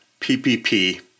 PPP